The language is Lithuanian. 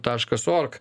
taškas org